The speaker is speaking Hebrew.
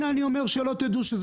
ואני אומר את זה לפרוטוקול.